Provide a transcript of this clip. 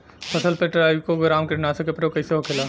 फसल पे ट्राइको ग्राम कीटनाशक के प्रयोग कइसे होखेला?